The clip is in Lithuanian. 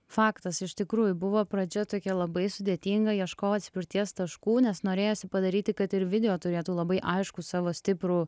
faktas iš tikrųjų buvo pradžia tokia labai sudėtinga ieškojau atspirties taškų nes norėjosi padaryti kad ir video turėtų labai aiškų savo stiprų